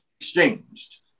exchanged